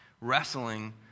wrestling